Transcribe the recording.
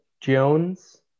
Jones